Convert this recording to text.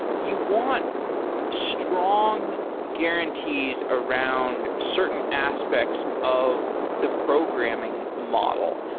you want strong guarantees around certain aspects of the programming model.